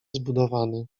zbudowany